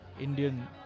Indian